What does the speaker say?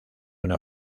una